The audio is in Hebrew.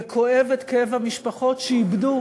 וכואב את כאב המשפחות שאיבדו